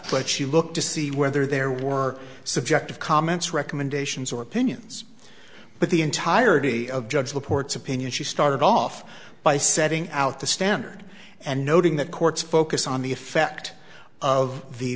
but she looked to see whether there were subjective comments recommendations or opinions but the entirety of judge reports opinion she started off by setting out the standard and noting the court's focus on the effect of the